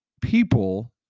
people